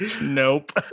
Nope